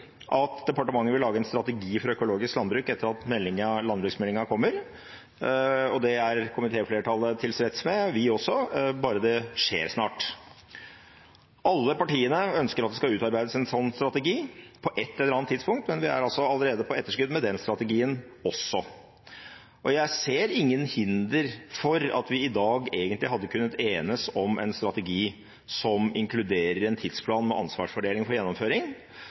at departementet vil lage en strategi for økologisk landbruk etter at landbruksmeldingen kommer, og det er komitéflertallet tilfreds med – vi også – bare det skjer snart. Alle partiene ønsker at det skal utarbeides en sånn strategi på et eller annet tidspunkt, men vi er allerede på etterskudd med den strategien også. Jeg ser ingen hinder for at vi i dag egentlig hadde kunnet enes om en strategi som inkluderer en tidsplan med ansvarsfordeling for gjennomføring,